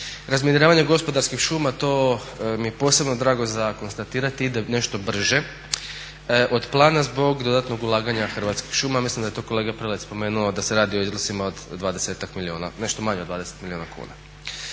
Razminiravanje gospodarskih šuma to mi je posebno drago za konstatirati ide nešto brže od plana zbog dodatnog ulaganja Hrvatskih šuma. Ja mislim da je to kolega Prelec spomenuo da se radi o … od nešto manje od 20 milijuna kuna.